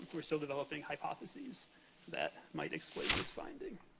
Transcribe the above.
we're still developing hypotheses that might explain this finding.